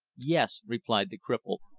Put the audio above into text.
yes, replied the cripple,